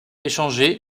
échangé